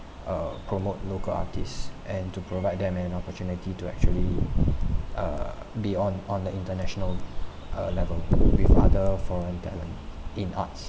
err promote local artists and to provide them an opportunity to actually uh beyond on the international uh level with other foreign talent in arts